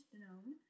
known